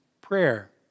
prayer